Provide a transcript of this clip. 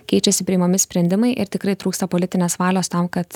keičiasi priimami sprendimai ir tikrai trūksta politinės valios tam kad